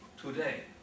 today